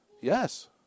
Yes